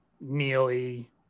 Neely